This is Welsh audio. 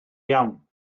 iawn